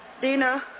Dina